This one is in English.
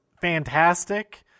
fantastic